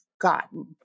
gotten